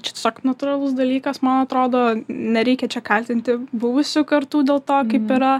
čia tiesiog natūralus dalykas man atrodo nereikia čia kaltinti buvusių kartų dėl to kaip yra